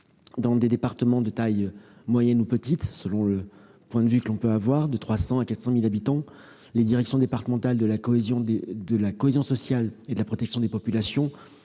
Dans des départements de petite ou moyenne taille, selon le point de vue, qui comptent entre 300 000 et 400 000 habitants, les directions départementales de la cohésion sociale et de la protection des populations,